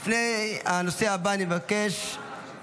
לפרוטוקול.